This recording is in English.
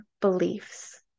beliefs